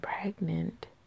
pregnant